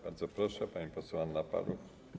Bardzo proszę, pani poseł Anna Paluch.